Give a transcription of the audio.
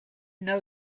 know